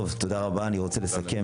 טוב, תודה רבה, אני רוצה לסכם.